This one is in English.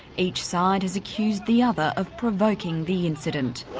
each side has accused the other of provoking the incident,